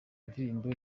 ndirimbo